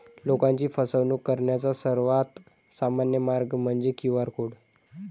लोकांची फसवणूक करण्याचा सर्वात सामान्य मार्ग म्हणजे क्यू.आर कोड